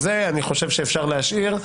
ואני מבין שיש כאן התייחסות של סיעת ישראל ביתנו.